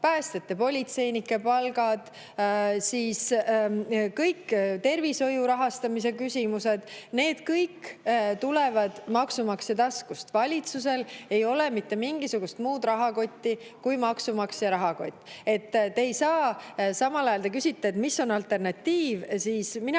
politseinike palgad, kõik tervishoiu rahastamise küsimused – need kõik tulevad maksumaksja taskust. Valitsusel ei ole mitte mingisugust muud rahakotti kui maksumaksja rahakott. Samal ajal te küsite, et mis on alternatiiv. Mina